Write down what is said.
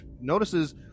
notices